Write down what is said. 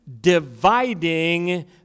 Dividing